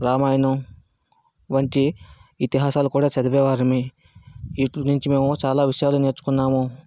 రామాయణం వంటి ఇతిహాసాలు కూడా చదివేవారము వీటిలనుంచి మేము చాలా విషయాలు నేర్చుకున్నాము